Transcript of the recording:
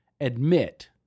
admit